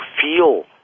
feel